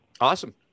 Awesome